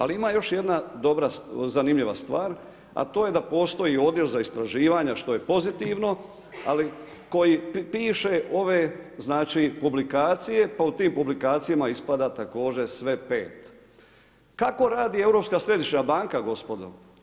Ali ima još jedna zanimljiva stvar, a to je da postoji odjel za istraživanja, što je pozitivno, ali koji piše ove publikacije pa u tim publikacijama ispada također sve 5. Kako radi Europska središnja banka gospodo?